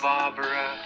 Barbara